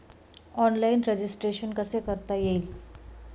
Online registration कसे करता येईल?